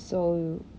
so